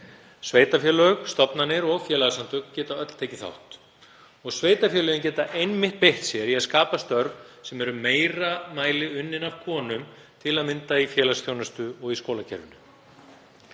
Sveitarfélög, stofnanir og félagasamtök geta öll tekið þátt. Sveitarfélögin geta einmitt beitt sér í að skapa störf sem eru í meira mæli unnin af konum, til að mynda í félagsþjónustu og í skólakerfinu.